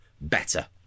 better